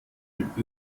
gibt